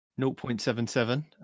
0.77